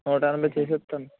నూట ఎనభై చేసి ఇస్తాను